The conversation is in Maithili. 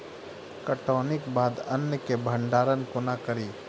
कटौनीक बाद अन्न केँ भंडारण कोना करी?